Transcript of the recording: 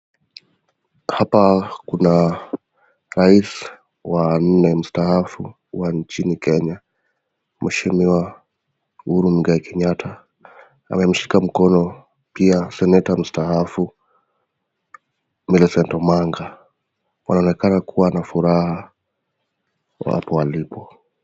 Hapa kuna rais wa nne mstaafu wa nchini Kenya mheshimiwa Uhuru Muigai Kenyatta. Amemshika mkono pia Seneta mstaafu Millicent Omanga. Wanaonekana kuwa na furaha wapo walipo.